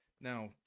Now